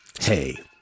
Hey